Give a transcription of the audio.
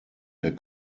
der